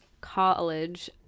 college